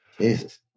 Jesus